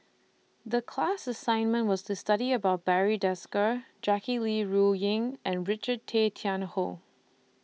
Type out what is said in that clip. The class assignment was to study about Barry Desker Jackie Yi Ru Ying and Richard Tay Tian Hoe